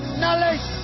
knowledge